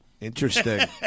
Interesting